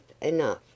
enough